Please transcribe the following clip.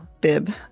bib